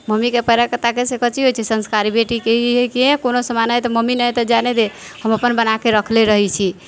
मम्मीके पेरा ताकयसँ कथी होइत छै संस्कारी बेटीके ई हइ कि कोनो सामान आइ तऽ मम्मी ना हइ तऽ जाय ने दे हम अपन बना कऽ रखने रहैत छी